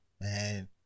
man